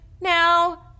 Now